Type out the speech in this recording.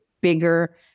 bigger